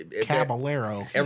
Caballero